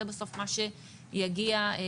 זה בסוף מה שיגיע לאקדמיה.